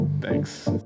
Thanks